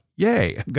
Yay